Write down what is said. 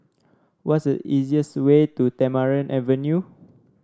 what is easiest way to Tamarind Avenue